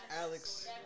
Alex